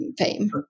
fame